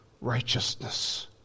righteousness